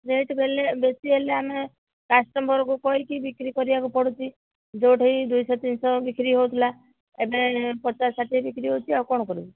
rate ବେଶି ହେଲେ ଆମେ କାଷ୍ଟମରକୁ କହିକି ବିକ୍ରି କରିବାକୁ ପଡ଼ୁଛି ଯୋଉଠି ଦୁଇଶହ ତିନିଶହ ବିକ୍ରି ହେଉଥିଲା ଏବେ ପଚାଶ ଷାଠିଏ ବିକ୍ରି ହେଉଛି ଆଉ କ'ଣ କରିବୁ